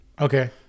okay